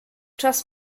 czas